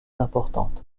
importante